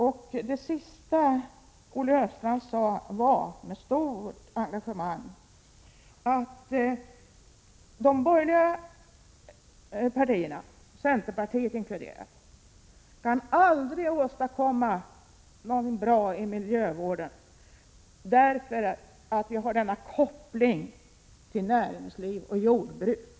Olle Östrand sade med stort engagemang att de borgerliga partierna, centerpartiet inbegripet, aldrig kan åstadkomma någon bra miljövård därför att de har en koppling till näringsliv och jordbruk. Prot.